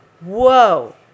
whoa